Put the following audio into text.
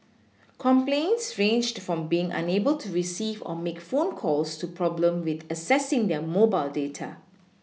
complaints ranged from being unable to receive or make phone calls to problems with accessing their mobile data